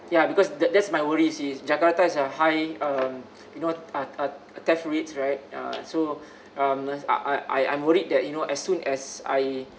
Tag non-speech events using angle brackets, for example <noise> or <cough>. ya because that~ that's my worries since jakarta is a high um you know uh uh theft rate right uh so <breath> um I I~ I'm worried that you know as soon as I